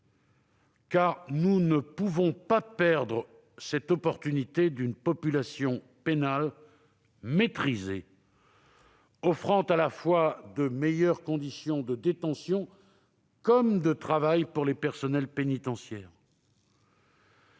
Nous ne pouvons pas perdre cette possibilité d'une population pénale maîtrisée offrant à la fois de meilleures conditions de détention comme de travail pour les personnels pénitentiaires.